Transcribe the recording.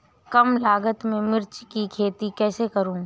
कम लागत में मिर्च की खेती कैसे करूँ?